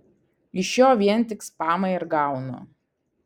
iš jo vien tik spamą ir gaunu